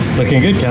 looking good, yeah